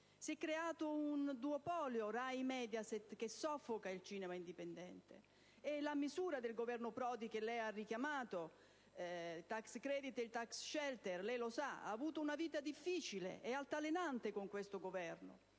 Si è creato un duopolio tra RAI e Mediaset, che soffoca il cinema indipendente. La misura del Governo Prodi che lei ha richiamato *(tax credit e tax shelter)*, come sa, ha avuto una vita difficile ed altalenante con questo Governo: